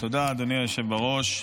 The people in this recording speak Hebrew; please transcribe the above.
תודה, אדוני היושב בראש.